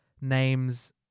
names